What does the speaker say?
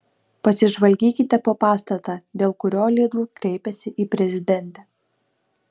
pasižvalgykite po pastatą dėl kurio lidl kreipėsi į prezidentę